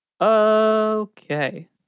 Okay